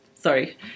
Sorry